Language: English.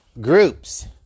groups